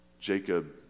Jacob